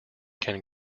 can